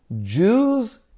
Jews